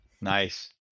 Nice